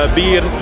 bier